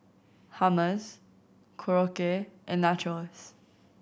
Hummus Korokke and Nachos